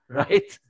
right